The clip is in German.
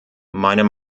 meiner